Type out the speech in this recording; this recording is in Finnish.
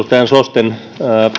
tähän sosten